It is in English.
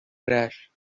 crash